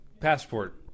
passport